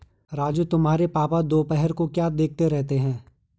राजू तुम्हारे पापा दोपहर को क्या देखते रहते हैं?